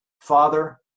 Father